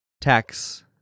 Tax